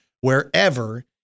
wherever